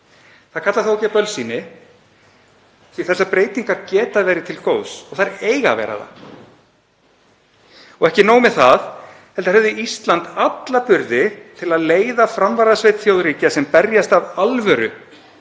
Það kallar þó ekki á bölsýni því þessar breytingar geta verið til góðs og þær eiga að vera það. Ekki nóg með það heldur hefði Ísland alla burði til að leiða framvarðasveit þjóðríkja sem berjast af alvöru